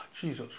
Jesus